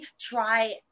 try